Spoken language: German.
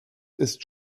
ist